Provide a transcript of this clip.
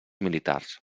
militars